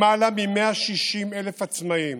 למעלה מ-160,000 עצמאים